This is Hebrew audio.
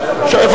ראש האופוזיציה,